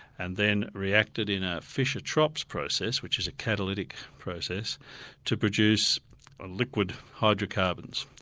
and then reacted in a fischer-tropsch process which is a catalytic process to produce ah liquid hydrocarbons,